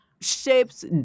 shapes